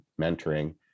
mentoring